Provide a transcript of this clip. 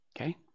Okay